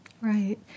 Right